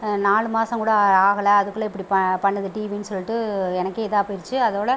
நாலு மாசோம் கூட ஆகல அதுக்குள்ள இப்படி ப பண்ணுது டிவின்னு சொல்லிட்டு எனக்கே இதா போயிடுச்சு அதோடய